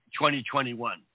2021